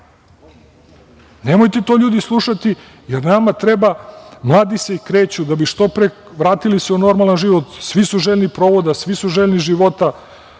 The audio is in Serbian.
Nemojte to, ljudi, slušati. Mladi se i kreću, da bi se što pre vratili u normalan život, svi su željni provoda, svi su željni života